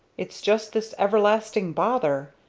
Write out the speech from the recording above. it's just this everlasting bother.